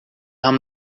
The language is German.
haben